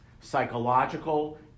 psychological